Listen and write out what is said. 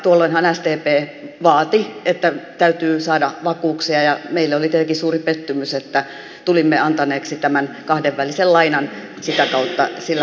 tuolloinhan sdp vaati että täytyy saada vakuuksia ja meille oli tietenkin suuri pettymys että tulimme antaneeksi tämän kahdenvälisen lainan sitä kautta sillä hallituskaudella